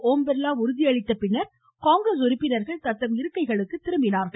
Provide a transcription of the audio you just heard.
ஓம்பிர்லா உறுதியளித்த பின்னர் காங்கிரஸ் உறுப்பினர்கள் தத்தம் இருக்கைக்குத் திரும்பினார்கள்